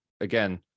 again